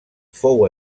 fou